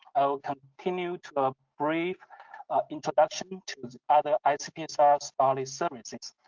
i will continue to a brief introduction to other icpsr scholarly services.